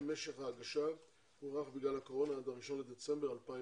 משך ההגשה הוארך בגלל הקורונה עד ה- 1.12.2020,